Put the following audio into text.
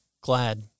glad